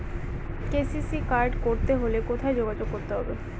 KCC card করতে হলে কোথায় যোগাযোগ করতে হবে?